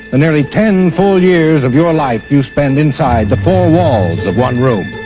the nearly ten full years of your life you spend inside the four walls of one room.